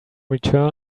return